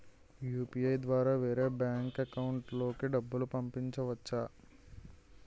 UPI ద్వారా వేరే bank account లోకి డబ్బులు పంపించవచ్చా?